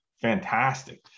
fantastic